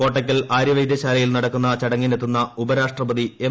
കോട്ടക്കൽ ആര്യവൈദ്യശാലയിൽ നടക്കുന്ന ചടങ്ങിനെത്തുന്ന ഉപരാഷ്ട്രപതി എം